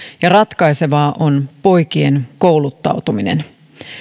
ja ratkaisevaa on poikien kouluttautuminen